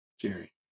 Jerry